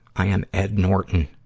i am ed norton,